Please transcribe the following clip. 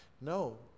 No